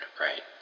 right